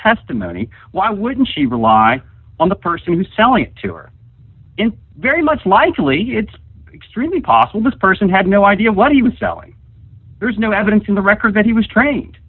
testimony why wouldn't she rely on the person who's selling it to her in very much like really it's extremely possible this person had no idea what he was selling there's no evidence in the record that he was trained